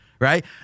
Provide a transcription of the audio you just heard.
Right